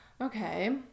Okay